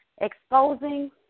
exposing